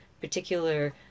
particular